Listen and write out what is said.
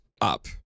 up